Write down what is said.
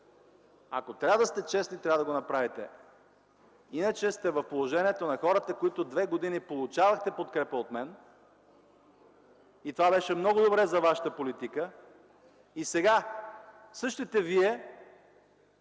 Ако трябва да сте честни, трябва да го направите, иначе сте в положението на хората, които две години получавахте подкрепа от мен и това беше много добре за вашата политика, а сега същите вие